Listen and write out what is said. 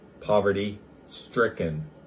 poverty-stricken